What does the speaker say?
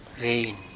rain